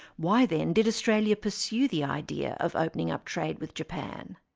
why then did australia pursue the idea of opening up trade with japan?